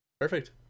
Perfect